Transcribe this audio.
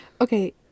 Okay